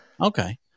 Okay